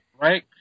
right